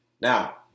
Now